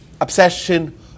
obsession